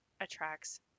attracts